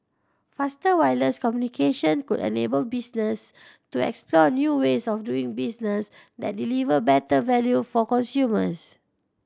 faster wireless communication could enable businesses to explore new ways of doing business that deliver better value for consumers